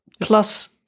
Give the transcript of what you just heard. Plus